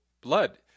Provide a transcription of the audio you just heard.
blood